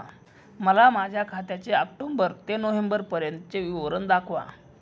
मला माझ्या खात्याचे ऑक्टोबर ते नोव्हेंबर पर्यंतचे विवरण दाखवा